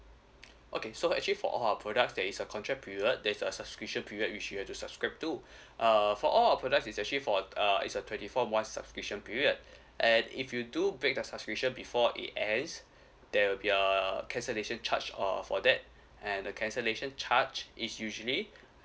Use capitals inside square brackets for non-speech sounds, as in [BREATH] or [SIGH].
okay so actually for all our products there is a contract period there's a subscription period which you have to subscribe to [BREATH] uh for all our product is actually for uh it's a twenty four month subscription period and if you do break the subscription before it ends there will be a cancellation charge uh for that and the cancellation charge is usually